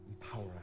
empower